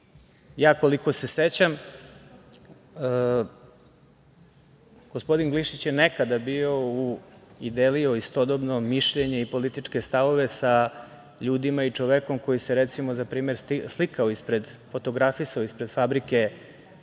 uvažavanje. Koliko se sećam, gospodin Glišić je nekada bio i delio istodobno mišljenje i političke stavove sa ljudima i čovekom koji se, recimo, za primer slikao, fotografisao ispred fabrike